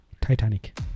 Titanic